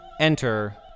enter